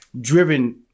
driven